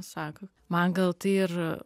sako man gal tai ir